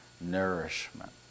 nourishment